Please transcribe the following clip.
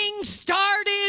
started